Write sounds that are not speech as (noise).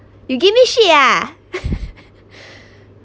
you give me shit ah (laughs)